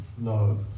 love